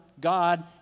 God